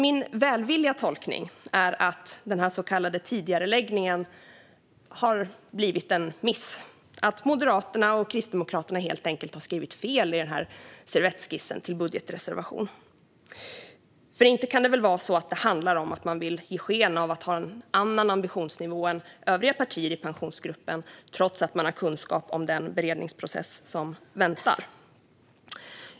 Min välvilliga tolkning är att den så kallade tidigareläggningen är en miss och att Moderaterna och Kristdemokraterna helt enkelt har skrivit fel i denna servettskiss till budgetreservation. För det kan väl inte vara så att det handlar om att man vill ge sken av att ha en annan ambitionsnivå än övriga partier i Pensionsgruppen, trots att man har kunskap om den beredningsprocess som väntar?